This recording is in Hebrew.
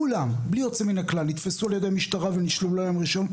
כולם בלי יוצא מן הכלל נתפסו על ידי משטרה ונשללו להם רישיון,